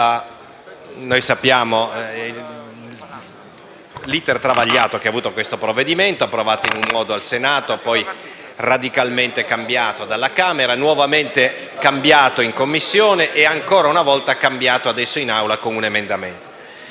Conosciamo l'*iter* travagliato di questo provvedimento: approvato in un modo al Senato, poi radicalmente cambiato dalla Camera, nuovamente modificato in Commissione e, ancora una volta, cambiato - ora - in Aula con un emendamento.